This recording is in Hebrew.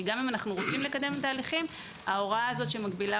כי גם אם אנו רוצים לקדם תהליכים ההוראה הזו שמגבילה